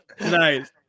nice